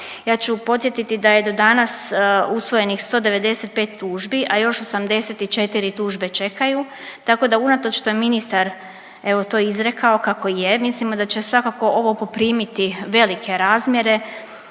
Ja ću podsjetiti da je do danas usvojenih 195 tužbi, a još 84 tužbe čekaju tako da unatoč što je ministar evo to izrekao kako je, mislimo da će svakako ovo poprimiti velike razmjere